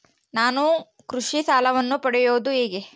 ನಾನು ಕೃಷಿ ಸಾಲವನ್ನು ಪಡೆಯೋದು ಹೇಗೆ?